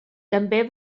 també